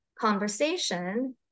conversation